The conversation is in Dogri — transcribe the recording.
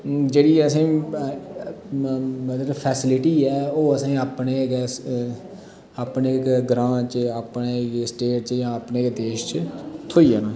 जेह्ड़ी असे मतल फेसिलिटी ऐ ओह् असेंगी आपने गै आपने गै ग्रां च अपने गै देश च जा अपने गै स्टेट च थ्होई जाना